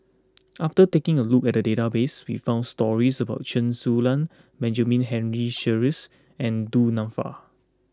after taking a look at the database we found stories about Chen Su Lan Benjamin Henry Sheares and Du Nanfa